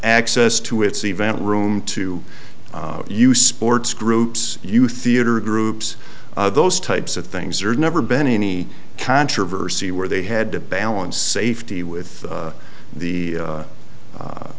access to its event room to use sports groups you theatre groups those types of things or never been any controversy where they had to balance safety with the